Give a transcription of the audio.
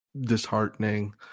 disheartening